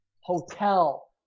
hotel